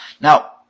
Now